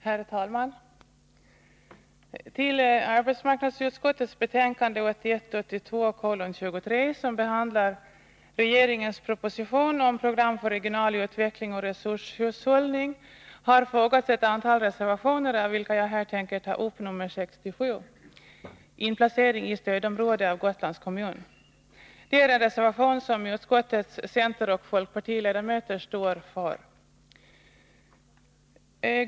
Herr talman! Till arbetsmarknadsutskottets betänkande 1981/82:23, som behandlar regeringens proposition om program för regional utveckling och resurshushållning, har fogats ett antal reservationer, av vilka jag här tänker ta upp nr 67, inplacering i stödområde av Gotlands kommun. Det är en reservation som utskottets centeroch folkpartiledamöter står bakom.